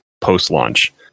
post-launch